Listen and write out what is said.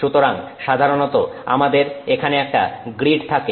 সুতরাং সাধারণত আমাদের এখানে একটা গ্রিড থাকে